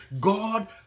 God